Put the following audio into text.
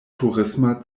turisma